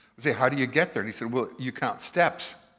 say, how do you get there? he said, well, you count steps.